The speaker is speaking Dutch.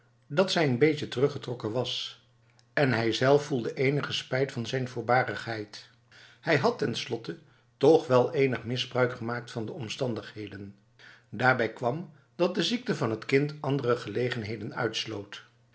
dat zij'n beetje teruggetrokken was en hijzelf voelde enige spijt van zijn voorbarigheid hij had tenslotte toch wel enig misbruik gemaakt van de omstandigheden daarbij kwam dat de ziekte van het kind andere gelegenheden uitsloot